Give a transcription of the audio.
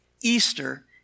Easter